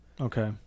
Okay